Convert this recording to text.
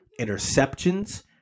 interceptions